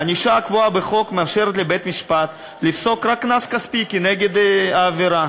הענישה הקבועה בחוק מאפשרת לבית-המשפט לפסוק רק קנס כספי כנגד העבירה,